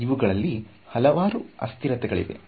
ಇವುಗಳಲ್ಲಿ ಹಲವಾರು ಅಸ್ಥಿರತೆಗಳಿವೆ